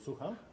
Słucham?